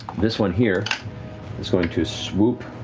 this one here is going to swoop